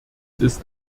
ist